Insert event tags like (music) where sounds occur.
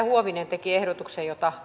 (unintelligible) huovinen teki ehdotuksen jota (unintelligible)